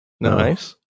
Nice